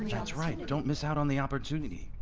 and that's right! don't miss out on the opportunity!